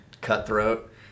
cutthroat